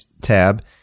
tab